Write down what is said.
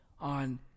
on